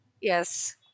yes